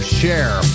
share